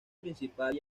principal